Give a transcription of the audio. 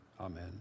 Amen